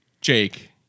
Jake